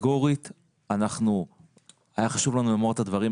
קטגורית היה חשוב לנו לומר את הדברים,